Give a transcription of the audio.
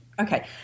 okay